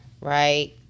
right